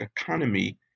economy